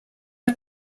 are